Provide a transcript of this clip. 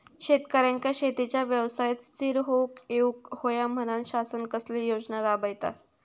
शेतकऱ्यांका शेतीच्या व्यवसायात स्थिर होवुक येऊक होया म्हणान शासन कसले योजना राबयता?